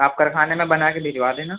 آپ کارخانے میں بنا کے بھجوا دینا